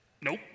nope